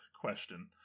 question